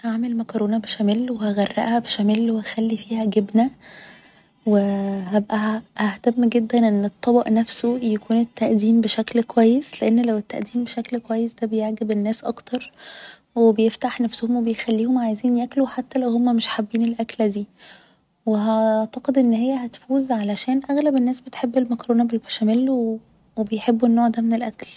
هعمل مكرونة بشاميل و هغرقها بشاميل و هخلي فيها جبنة هبقى ههتم جدا ان الطبق نفسه يكون التقديم بشكل كويس لان لو التقديم بشكل كويس ده بيعجب الناس اكتر و بيفتح نفسهم و بيخليهم عايزين ياكلوا حتى لو هما مش حابين الأكلة دي و اعتقد ان هي هتفوز علشان اغلب الناس بتحب المكرونة بالبشاميل و بيحبوا النوع ده من الأكل